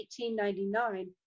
1899